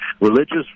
religious